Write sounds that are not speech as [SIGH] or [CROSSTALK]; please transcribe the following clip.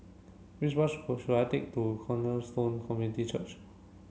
which bus [UNINTELLIGIBLE] should I take to Cornerstone Community Church